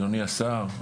אדוני השר,